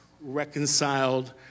reconciled